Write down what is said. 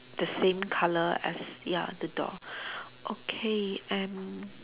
the same colour as ya the dog okay and